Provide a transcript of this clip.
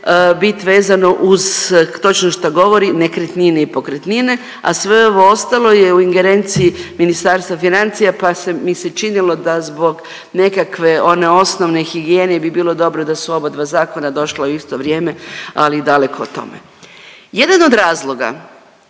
bit vezano uz točno šta govori nekretnine i pokretnine, a sve ovo ostalo je u ingerenciji Ministarstva financija pa se mi se činilo da zbog nekakve one osnovne higijene bi bilo dobro da su oba dva zakona došla u isto vrijeme ali daleko o tome. Jedan od razloga